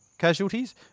Casualties